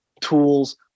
tools